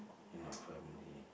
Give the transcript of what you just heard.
in a family